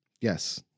Yes